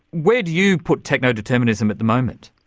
where do you put techno-determinism at the moment?